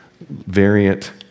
variant